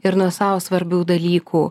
ir nuo sau svarbių dalykų